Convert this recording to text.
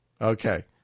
Okay